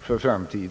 för framtiden.